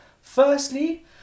Firstly